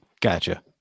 Gotcha